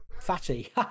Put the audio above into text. Fatty